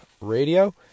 radio